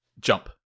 jump